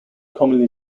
commonly